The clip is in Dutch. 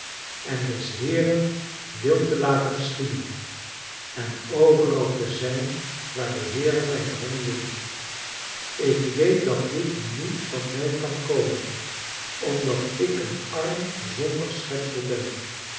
en des heeren wil te laten geschieden en overal te zijn waar de heere mij brengen wil ik weet dat dit niet van mij kan komen omdat ik een arm zondig schepsel ben